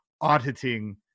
auditing